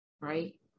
right